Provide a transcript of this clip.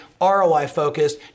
ROI-focused